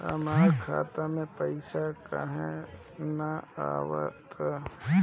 हमरा खाता में पइसा काहे ना आव ता?